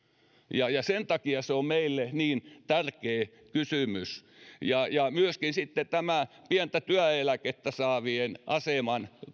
ja ja sen takia se on meille niin tärkeä kysymys myöskin sitten tämä pientä työeläkettä saavien aseman